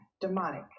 demonic